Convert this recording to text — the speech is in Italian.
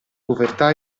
povertà